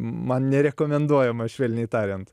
man nerekomenduojama švelniai tariant